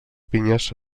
pinyes